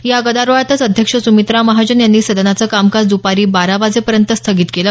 या गदारोळात अध्यक्ष सुमित्रा महाजन यांनी सदनाचं कामकाज द्पारी बारा वाजेपर्यंत स्थगित केलं